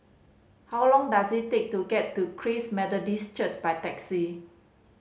how long does it take to get to Christ Methodist Church by taxi